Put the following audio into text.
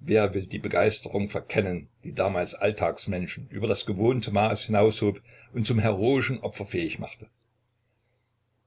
wer will die begeisterung verkennen die damals alltagsmenschen über das gewohnte maß hinauserhob und zum heroischen opfer fähig machte